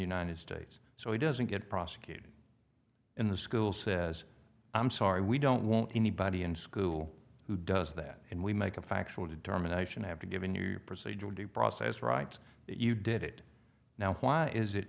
united states so he doesn't get prosecuted and the school says i'm sorry we don't want anybody in school who does that and we make a factual determination have to given your procedural due process rights you did it now why is it